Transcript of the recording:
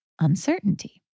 uncertainty